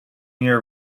year